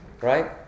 right